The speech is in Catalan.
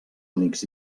únics